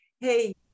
Hey